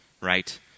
right